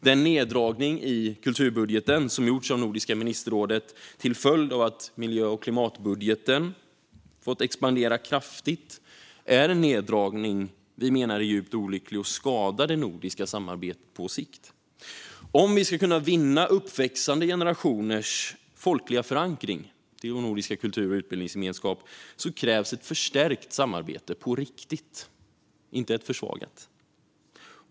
Den neddragning i kulturbudgeten som gjorts av Nordiska ministerrådet till följd av att miljö och klimatbudgeten fått expandera kraftigt är en neddragning som vi menar är djupt olycklig och skadar det nordiska samarbetet på sikt. Om vi ska kunna vinna uppväxande generationers folkliga anknytning till vår nordiska kultur och utbildningsgemenskap krävs ett förstärkt samarbete på riktigt, inte ett försvagat.